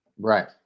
Right